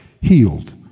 Healed